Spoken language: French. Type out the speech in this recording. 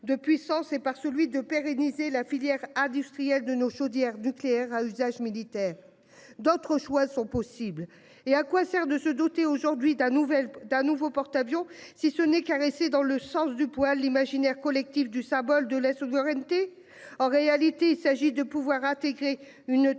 de puissance et par celui de pérenniser la filière industrielle de nos chaudières nucléaires à usage militaire. D'autres choix sont possibles et à quoi sert de se doter aujourd'hui d'un nouvelle d'un nouveau porte-avions, si ce n'est caresser dans le sens du poil, l'imaginaire collectif du symbole de la souveraineté. En réalité, il s'agit de pouvoir intégrer une task force